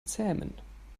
zähmen